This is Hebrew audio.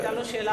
שהיתה לו שאלה,